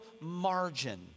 margin